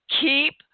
Keep